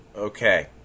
Okay